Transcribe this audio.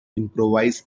improvise